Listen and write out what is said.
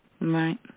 Right